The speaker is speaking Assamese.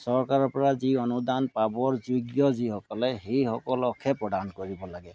চৰকাৰৰ পৰা যি অনুদান পাবৰ যোগ্য যিসকলে সেইসকলকহে প্ৰদান কৰিব লাগে